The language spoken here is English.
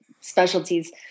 specialties